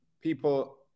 people